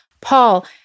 Paul